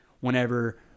whenever—